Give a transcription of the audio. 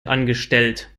angestellt